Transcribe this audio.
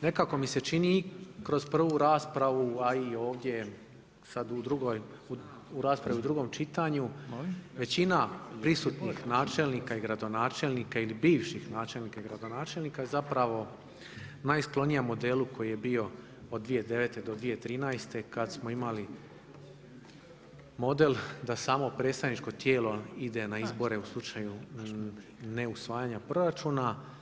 Nekako mi se čini i kroz prvu raspravu a i ovdje sada u drugoj, u raspravi u drugom čitanju većina prisutnih načelnika i gradonačelnika ili bivših načelnika i gradonačelnika zapravo najsklonija modelu koji je bio od 2009. do 2013. kada smo imali model da samo predstavničko tijelo ide na izbore u slučaju neusvajanja proračuna.